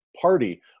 party